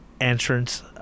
entrance